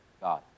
God